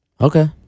Okay